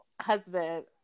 husband